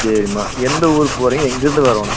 சரிம்மா எந்த ஊர் போறீங்க எங்கிருந்து வரணும்